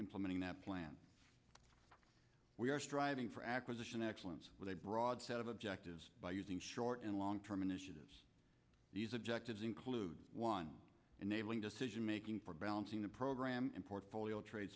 implementing that plan we are striving for acquisition excellence with a broad set of objectives by using short and long term initiatives these objectives include one enabling decision making for balancing the program and portfolio